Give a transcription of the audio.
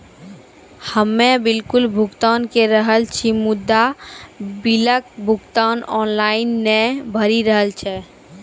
हम्मे बिलक भुगतान के रहल छी मुदा, बिलक भुगतान ऑनलाइन नै भऽ रहल छै?